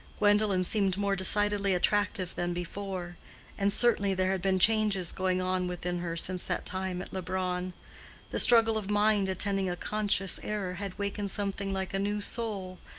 gwendolen seemed more decidedly attractive than before and certainly there had been changes going on within her since that time at leubronn the struggle of mind attending a conscious error had wakened something like a new soul,